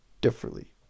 differently